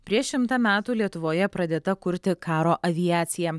prieš šimtą metų lietuvoje pradėta kurti karo aviacija